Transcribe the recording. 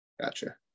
Gotcha